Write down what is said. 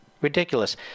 ridiculous